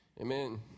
amen